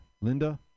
Linda